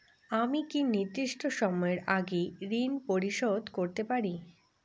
আমি কি নির্দিষ্ট সময়ের আগেই ঋন পরিশোধ করতে পারি?